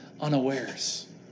unawares